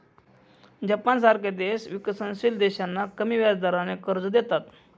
जपानसारखे देश विकसनशील देशांना कमी व्याजदराने कर्ज देतात